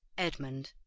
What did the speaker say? edmund,